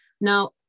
Now